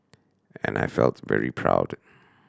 and I felt very proud